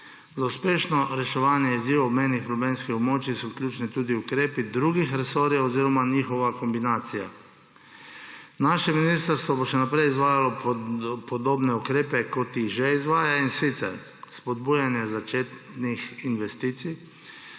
Za uspešno reševanje izzivov obmejnih problemskih območij so vključeni tudi ukrepi drugih resorjev oziroma njihova kombinacija. Naše ministrstvo bo še naprej izvajalo podobne ukrepe, kot jih že izvaja, in sicer spodbujanje začetnih investicij,